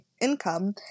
income